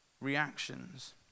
reactions